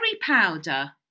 powder